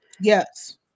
Yes